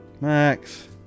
Max